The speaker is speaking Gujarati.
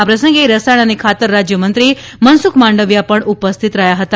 આ પ્રસંગે રસાયણ અને ખાતર રાજ્યમંત્રી મનસુખ માંડવીયા ઉપસ્થિત હતા